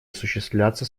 осуществляться